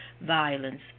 violence